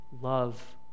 love